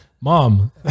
mom